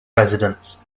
residents